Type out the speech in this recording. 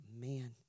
Man